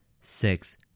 Six